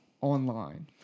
online